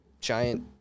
giant